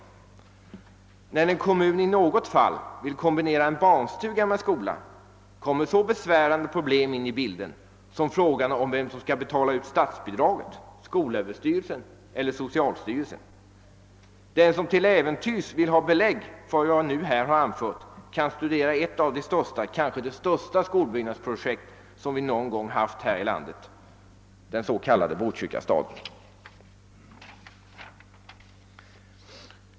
När en kommun i något fall vill kombinera en barnstuga med skolan, kommer så besvärande problem in i bilden som frågan om vem som skall betala ut statsbidraget — skolöverstyrelsen eller socialstyrelsen. Den som till äventyrs vill ha belägg för vad jag här har anfört kan studera ett av de största skolbyggnadsprojekt som vi haft här i landet, den s.k. Botkyrkastaden.